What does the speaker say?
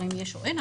אם יש או אין.